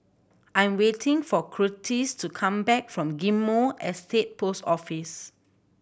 I'm waiting for Curtiss to come back from Ghim Moh Estate Post Office